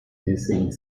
hissing